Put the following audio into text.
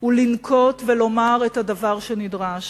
הוא לנקוט ולומר את הדבר שנדרש.